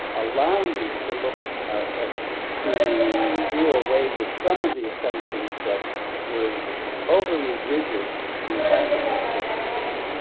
allow you to look ah to do away with some of the assumptions that were overly rigid in classical statistics.